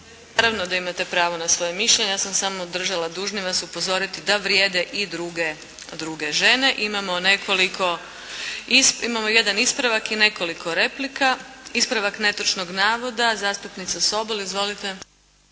Naravno da imate pravo na svoje mišljenje. Ja sam samo držala dužnim vas upozorit da vrijede i druge žene. Imamo nekoliko, imamo jedan ispravak i nekoliko replika. Ispravak netočnog navoda zastupnica Sobol. Izvolite!